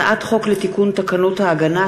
הצעת חוק לתיקון תקנות ההגנה